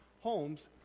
homes